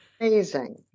Amazing